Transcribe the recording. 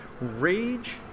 Rage